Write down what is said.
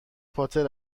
پاتر